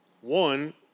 one